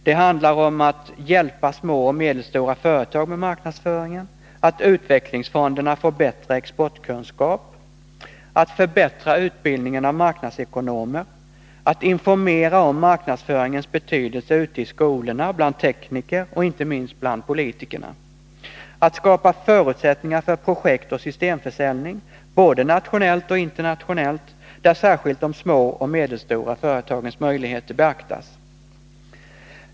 Det handlar om att hjälpa små och medelstora företag med marknadsföringen, att ge utvecklingsfonderna bättre exportkunskap, att förbättra utbildningen av marknadsekonomer, att informera om marknadsföringens betydelse ute i skolorna, bland tekniker och inte minst bland politikerna, att skapa förutsättningar för projekt och systemförsäljning, både nationellt och internationellt, där särskilt de små och medelstora företagens möjligheter beaktas.